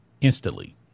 instantly